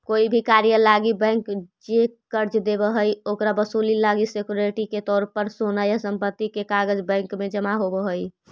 कोई भी कार्य लागी बैंक जे कर्ज देव हइ, ओकर वसूली लागी सिक्योरिटी के तौर पर सोना या संपत्ति के कागज़ बैंक में जमा होव हइ